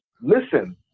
listen